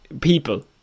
People